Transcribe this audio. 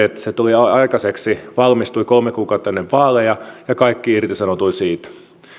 että se tuli aikaiseksi ja valmistui kolme kuukautta ennen vaaleja ja kaikki irtisanoutuivat siitä